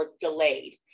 delayed